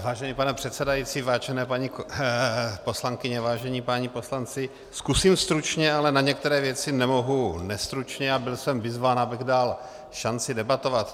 Vážený pane předsedající, vážené paní poslankyně, vážení páni poslanci, zkusím stručně, ale na některé věci nemohu nestručně a byl jsem vyzván, abych dal šanci debatovat.